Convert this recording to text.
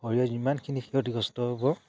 শৰীৰত যিমানখিনি ক্ষতিগ্ৰস্ত হ'ব